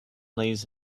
lays